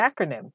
acronym